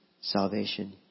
salvation